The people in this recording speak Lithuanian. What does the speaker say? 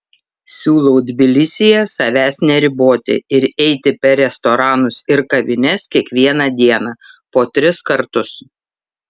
siūlau tbilisyje savęs neriboti ir eiti per restoranus ir kavines kiekvieną dieną po tris kartus